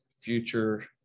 future